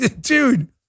Dude